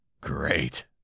Great